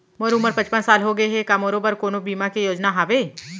मोर उमर पचपन साल होगे हे, का मोरो बर कोनो बीमा के योजना हावे?